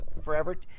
forever